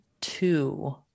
two